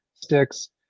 sticks